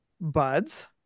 Buds